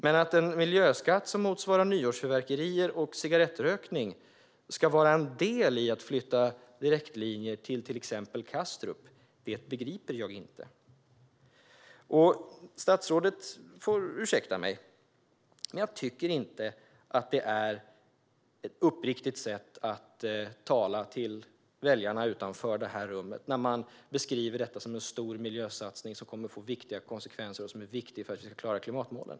Men att en miljöskatt som motsvarar utsläppen från nyårsfyrverkerier och cigarrettrökning ska var en del i att flytta direktlinjer till exempelvis Kastrup, det begriper jag inte. Statsrådet får ursäkta mig, men jag tycker inte att det är ett uppriktigt sätt att tala till väljarna utanför det här rummet när man beskriver detta som en stor miljösatsning som kommer att få viktiga konsekvenser och som är viktig för att vi ska klara klimatmålen.